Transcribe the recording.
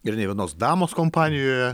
ir nė vienos damos kompanijoje